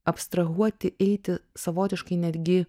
abstrahuoti eiti savotiškai netgi